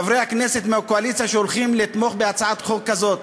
חברי הכנסת מהקואליציה שהולכים לתמוך בהצעת חוק כזאת,